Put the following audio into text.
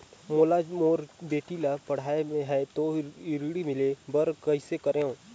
मोला मोर बेटी ला पढ़ाना है तो ऋण ले बर कइसे करो